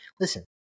Listen